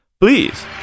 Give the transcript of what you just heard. please